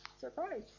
Surprise